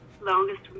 longest